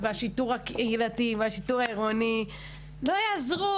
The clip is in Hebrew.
השיטור הקהילתי והשיטור העירוני לא יעזרו